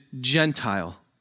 Gentile